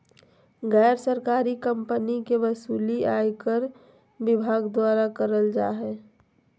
गैर सरकारी कम्पनी के वसूली आयकर विभाग द्वारा करल जा हय